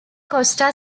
costa